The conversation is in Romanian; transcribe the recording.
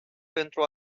pentru